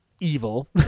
evil